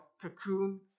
cocoon